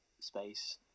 space